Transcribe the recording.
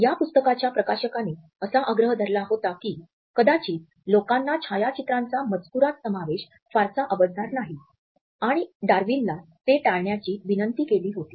या पुस्तकाच्या प्रकाशकाने असा आग्रह धरला होता की कदाचित लोकांना छायाचित्रांचा मजकूरात समावेश फारसा आवडणार नाही आणि डार्विनला ते टाळण्याची विनंती केली होती